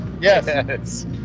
Yes